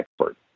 expert